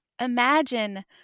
Imagine